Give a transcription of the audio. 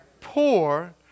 Poor